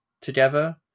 together